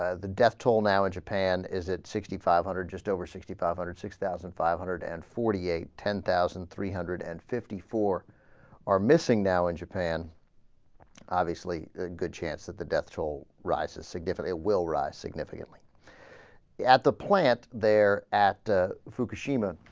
ah the death toll now and japan is at sixty five hundred just over sixty five hundred six thousand five hundred and forty-eight ten thousand three hundred and fifty four are missing now in japan obviously a good chance that the death toll rises will rise significantly at the plant their at ah. fukushima